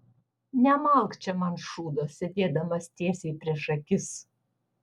nemalk čia man šūdo sėdėdamas tiesiai prieš akis